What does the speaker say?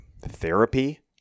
therapy